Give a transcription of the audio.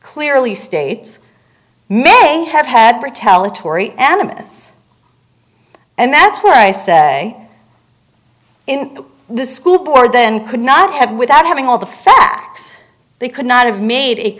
clearly states may have had brutality tory animus and that's where i say in the school board then could not have without having all the facts they could not have made it